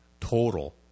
total